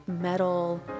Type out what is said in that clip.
metal